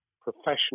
professional